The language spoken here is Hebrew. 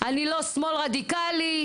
אני לא שמאל רדיקלי,